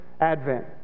advent